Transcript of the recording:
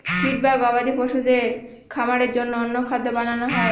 feed বা গবাদি পশুদের খাবারের জন্য অন্য খাদ্য বানানো হয়